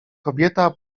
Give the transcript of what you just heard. kobieta